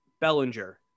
bellinger